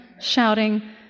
shouting